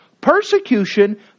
Persecution